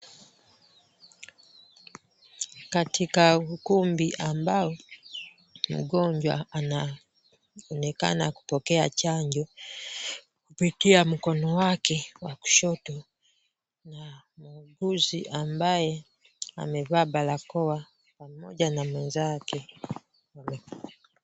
Katika ukumbi ambao mgonjwa anaonekana kupokea chanjo kupitia mkono wake wa kushoto na muuguzi ambaye amevaa barakoa pamoja na mwenzake wamekaa.